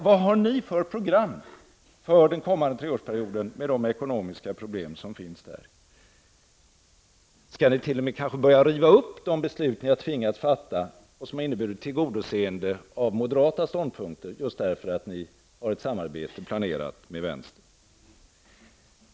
Vad har ni för program för den kommande treårsperioden med de ekonomiska problem som finns där? Skall ni t.o.m. kanske börja riva upp de beslut ni tvingats fatta, som innebär tillgodoseende av moderata ståndpunkter, just därför att ni har ett samarbete planerat med vänstern?